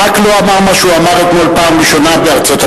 ברק לא אמר מה שהוא אמר אתמול פעם ראשונה בארצות-הברית.